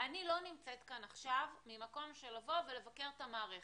אני לא נמצאת כאן עכשיו ממקום של לבוא ולבקר את המערכת.